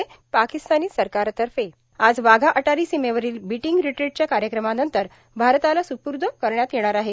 त्यामुळं पाकिस्तानी सरकारतर्फे आज वाघा अटारी सीमेवरील बिटींग रिट्रीटच्या कार्यक्रमानंतर भारताला सुपूर्द करण्यात येणार आहे